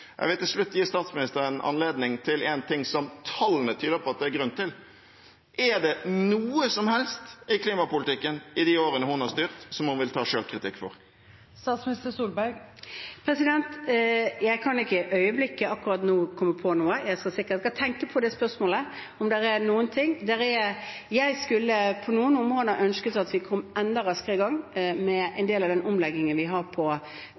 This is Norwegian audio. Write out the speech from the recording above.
Jeg vil til slutt gi statsministeren anledning til noe som tallene tyder på at det er grunn til: Er det noe som helst i klimapolitikken i de årene hun har styrt, som hun vil ta selvkritikk for? Jeg kan ikke komme på noe akkurat i øyeblikket. Jeg skal tenke på det spørsmålet. Jeg skulle på noen områder ønsket at vi kom enda raskere i gang med en del av omleggingen vi har